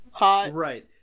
Right